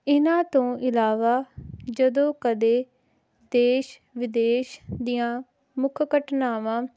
ਇਹਨਾਂ ਤੋਂ ਇਲਾਵਾ ਜਦੋਂ ਕਦੇ ਦੇਸ਼ ਵਿਦੇਸ਼ ਦੀਆਂ ਮੁੱਖ ਘਟਨਾਵਾਂ